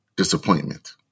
disappointment